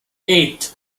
eight